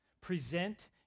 Present